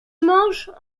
manches